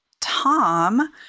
Tom